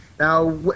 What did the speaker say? Now